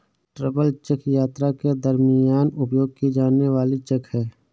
travel cheque यात्रा के दरमियान उपयोग की जाने वाली चेक है